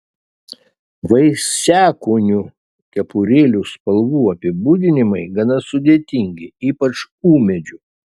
vaisiakūnių kepurėlių spalvų apibūdinimai gana sudėtingi ypač ūmėdžių